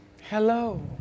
Hello